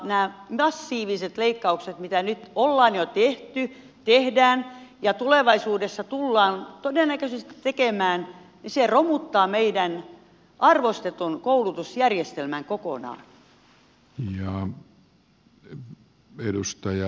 nämä massiiviset leikkaukset mitä nyt on jo tehty ja mitä tehdään ja tulevaisuudessa tullaan todennäköisesti tekemään romuttavat meidän arvostetun koulutusjärjestelmämme kokonaan